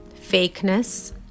fakeness